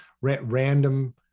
random